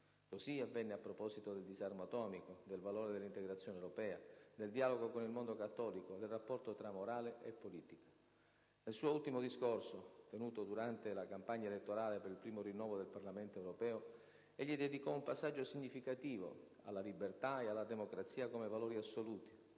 così avvenne a proposito del disarmo atomico, del valore dell'integrazione europea, del dialogo con il mondo cattolico, del rapporto tra morale e politica. Nel suo ultimo discorso, tenuto durante la campagna elettorale per il primo rinnovo del Parlamento europeo, egli dedicò un passaggio significativo alla libertà e alla democrazia come valori assoluti,